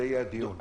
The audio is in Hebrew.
על זה יהיה הדיון.